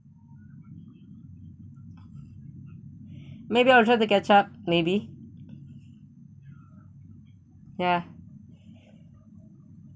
maybe I'll try to catch up maybe ya